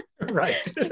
right